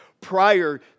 prior